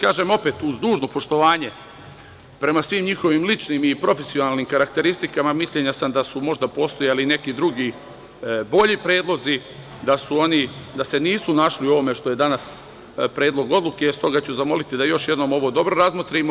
Kažem, opet, uz dužno poštovanje prema svim njihovim ličnim i profesionalnim karakteristikama, mišljenja sam da su možda postojali neki drugi bolji predlozi, da se nisu našli u ovome što je danas Predlog odluke, stoga ću zamoliti da još jednom ovo dobro razmotrimo.